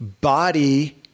body